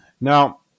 Now